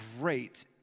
great